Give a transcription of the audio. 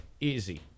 Easy